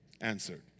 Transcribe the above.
answered